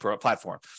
platform